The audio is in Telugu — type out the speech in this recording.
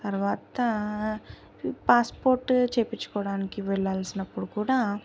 తర్వాత పాస్పోర్ట్ చేపించుకోవడానికి వెళ్లాల్సినప్పుడు కూడా